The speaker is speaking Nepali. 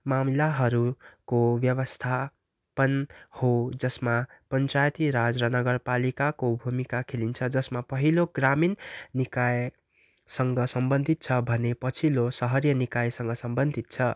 मामलाहरूको व्यवस्थापन हो जसमा पञ्चायती राज र नगरपालिकाको भूमिका खेलिन्छ जसमा पहिलो ग्रामीण निकायसँग सम्बन्धित छ भने पछिल्लो सहरिया निकायसँग सम्बन्धित छ